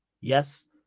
Yes